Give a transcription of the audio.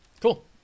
Cool